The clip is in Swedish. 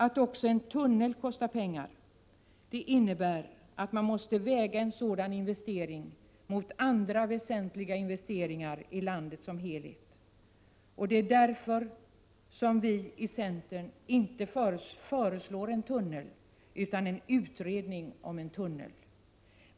Att också en tunnel kostar pengar innebär att man måste väga en sådan investering mot andra väsentliga investeringar i landet som helhet. Det är därför som vi i centern inte föreslår en tunnel utan en utredning om en tunnel.